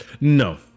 No